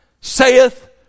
saith